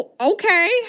okay